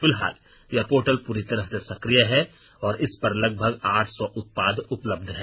फिलहाल यह पोर्टल पूरी तरह से सक्रिय है और इस पर लगभग आठ सौ उत्पाद उपलब्ध है